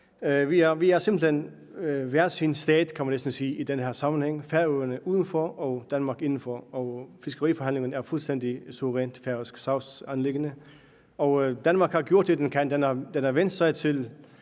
Vi er simpelt hen hver sin stat, kan man næsten sige, i den her sammenhæng: Færøerne udenfor, Danmark indenfor, og fiskeriforhandlingerne er fuldstændig suverænt et færøsk anliggende. Danmark har gjort det, man kunne. Man har henvendt sig til